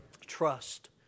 Trust